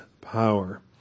power